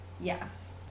Yes